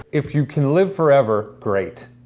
if you can live forever, great.